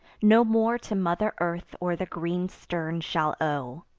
no more to mother earth or the green stern shall owe.